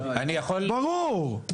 ברור.